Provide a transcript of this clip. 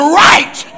right